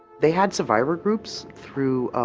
they had survivor groups through